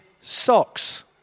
socks